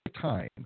time